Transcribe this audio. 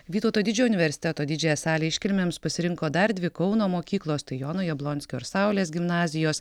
vytauto didžiojo universiteto didžiąją salę iškilmėms pasirinko dar dvi kauno mokyklos tai jono jablonskio ir saulės gimnazijos